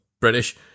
British